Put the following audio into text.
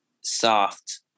soft